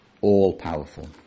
all-powerful